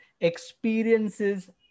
experiences